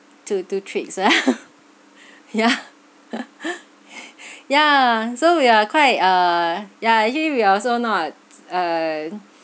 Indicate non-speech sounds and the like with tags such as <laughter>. to to tricks <laughs> ya <laughs> ya so we are quite uh yeah actually we are also not a uh